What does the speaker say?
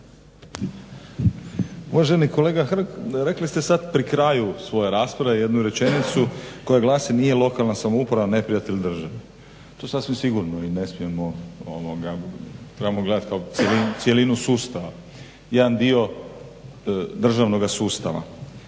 Uvaženi kolega Hrg rekli ste sad pri kraju svoje rasprave jednu rečenicu koja glasi: "Nije lokalna samouprava neprijatelj države". To sasvim sigurno i ne smijemo, trebamo gledati kao cjelinu sustava, jedan dio državnoga sustava.